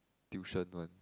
tuition one